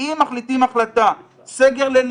אם מחליטים החלטה, סגר לילי,